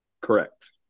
Correct